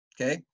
okay